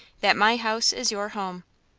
that my house is your home.